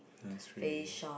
Innisfree